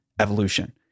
evolution